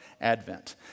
Advent